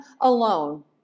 alone